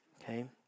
Okay